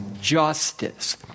justice